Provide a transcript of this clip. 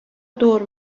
دور